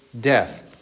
death